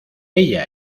ella